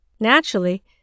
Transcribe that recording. Naturally